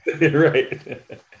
Right